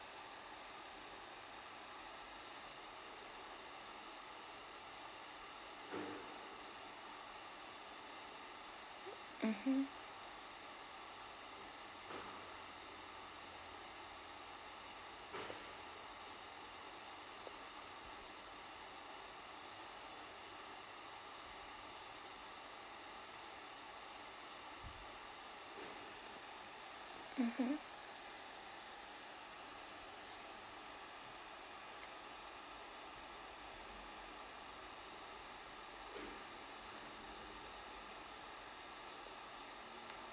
mmhmm mmhmm